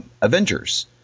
Avengers